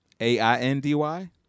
A-I-N-D-Y